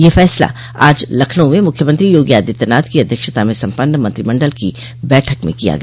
यह फैसला आज लखनऊ में मुख्यमंत्री योगी आदित्यनाथ की अध्यक्षता में सम्पन्न मंत्रिमंडल की बैठक में किया गया